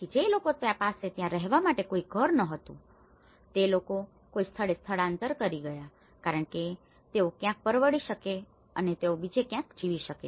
તેથી જે લોકો પાસે ત્યાં રહેવા માટે કોઈ ઘર ન હતું તે લોકો કોઈ સ્થળે સ્થળાંતર કરીને ગયા કારણ કે તેઓ ક્યાંક પરવડી શકે અને તેઓ બીજે ક્યાંક જીવી શકે